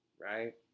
Right